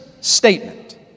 statement